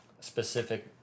specific